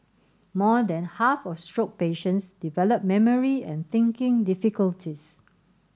more than half of stroke patients develop memory and thinking difficulties